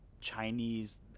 Chinese